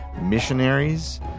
missionaries